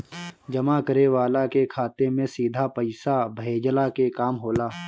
जमा करे वाला के खाता में सीधा पईसा भेजला के काम होला